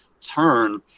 turn